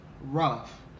rough